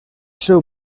seu